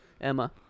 Emma